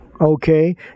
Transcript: Okay